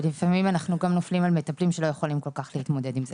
ולפעמים אנחנו גם נופלים על מטפלים שלא יכולים כל כך להתמודד עם זה.